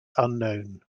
unknown